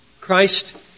Christ